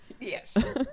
Yes